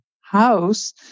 house